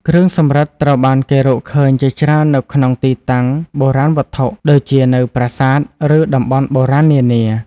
គ្រឿងសំរឹទ្ធិត្រូវបានគេ រកឃើញជាច្រើននៅក្នុងទីតាំងបុរាណវត្ថុ ដូចជានៅប្រាសាទ ឬតំបន់បុរាណនានា។